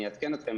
אני אעדכן אתכם,